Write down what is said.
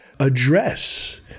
Address